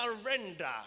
surrender